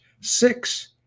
six